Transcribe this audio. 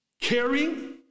caring